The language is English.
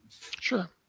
sure